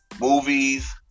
movies